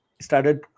started